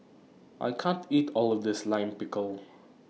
I can't eat All of This Lime Pickle